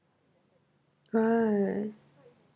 right